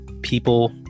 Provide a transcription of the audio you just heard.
people